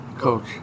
coach